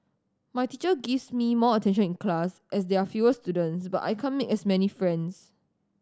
my teacher gives me more attention in class as there are fewer students but I can't make as many friends